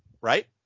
right